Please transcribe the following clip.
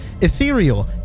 Ethereal